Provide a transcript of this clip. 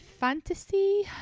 fantasy